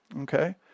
Okay